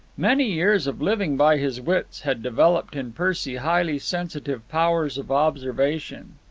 many years of living by his wits had developed in percy highly sensitive powers of observation.